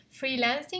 freelancing